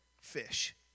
fish